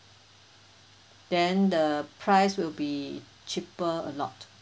then the price will be cheaper a lot